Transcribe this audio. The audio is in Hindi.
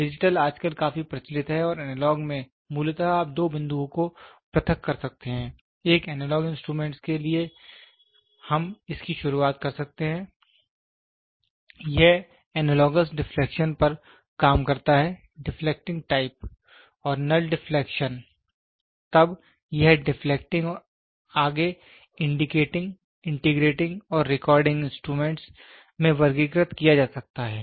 डिजिटल आजकल काफी प्रचलित है और एनालॉग में मूलतः आप दो बिंदुओं को पृथक कर सकते हैं एक एनालॉगस इंस्ट्रूमेंट के लिए हम इसकी शुरुआत कर सकते हैं यह एनालॉगस डिफ्लेक्शन पर काम करता है डिफलेक्टिंग टाइप और नल डिफ्लेक्शन तब यह डिफलेक्टिंग आगे इंडिकेटिंग इंटीग्रेटिंग और रिकॉर्डिंग इंस्ट्रूमेंट में वर्गीकृत किया जा सकता है